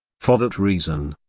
for that reason,